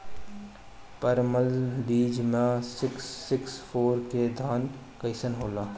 परमल बीज मे सिक्स सिक्स फोर के धान कईसन होला?